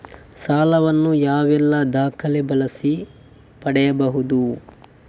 ಸಾಲ ವನ್ನು ಯಾವೆಲ್ಲ ದಾಖಲೆ ಬಳಸಿ ಪಡೆಯಬಹುದು?